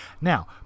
Now